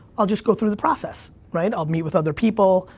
i'll just go through the process. right, i'll meet with other people,